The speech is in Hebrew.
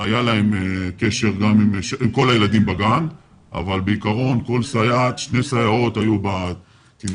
היה להן קשר עם כל הילדים בגן אבל בעיקרון שתי סייעות היו בתינוקייה,